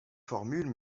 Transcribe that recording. formule